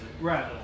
Right